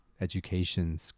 education